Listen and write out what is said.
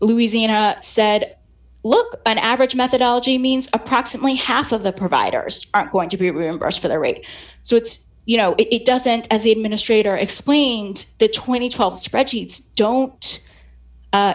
louisiana said look an average methodology means approximately half of the providers aren't going to be reimbursed for their rate so it's you know it doesn't as the administrator explained that two thousand and twelve spreadsheets don't